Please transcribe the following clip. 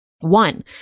One